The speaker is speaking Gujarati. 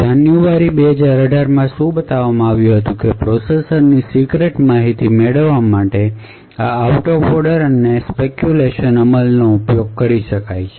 જાન્યુઆરી 2018 માં શું બતાવવામાં આવ્યું હતું કે પ્રોસેસર ની સીક્રેટ માહિતી મેળવવા માટે આ આઉટ ઓફ ઑર્ડર અને સ્પેકયુલેશન અમલનો ઉપયોગ કરી શકાય છે